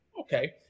Okay